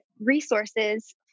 resources